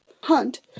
Hunt